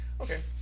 Okay